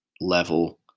level